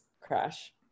crash